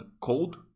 cold